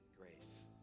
grace